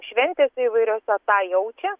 šventėse įvairiose tą jaučia